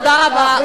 תודה רבה.